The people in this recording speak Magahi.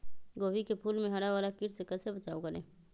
गोभी के फूल मे हरा वाला कीट से कैसे बचाब करें?